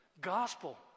gospel